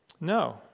No